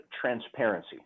transparency